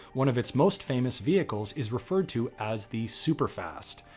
one of its most famous vehicles is referred to as the super fast.